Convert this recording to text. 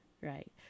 right